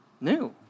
New